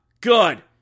good